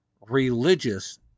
religious